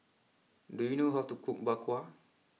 do you know how to cook Bak Kwa